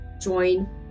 join